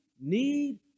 need